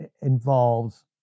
involves